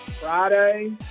Friday